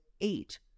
eight